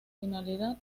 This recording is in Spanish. finalidad